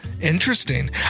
Interesting